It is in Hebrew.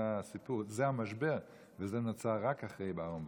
זה המשבר, וזה נוצר רק אחרי אהרן ברק,